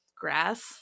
grass